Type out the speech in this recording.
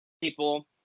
people